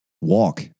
Walk